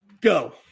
go